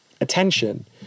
attention